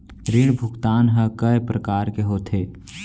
ऋण भुगतान ह कय प्रकार के होथे?